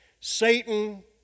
Satan